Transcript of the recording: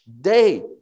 day